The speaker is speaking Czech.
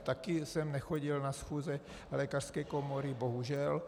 Taky jsem nechodil na schůze lékařské komory, bohužel.